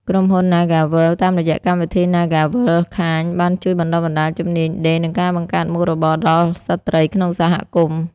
ក្រុមហ៊ុន ណាហ្គាវើលដ៍ (NagaWorld) តាមរយៈកម្មវិធី "NagaWorld Kind" បានជួយបណ្តុះបណ្តាលជំនាញដេរ និងការបង្កើតមុខរបរដល់ស្ត្រីក្នុងសហគមន៍។